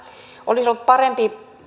olisi ollut parempi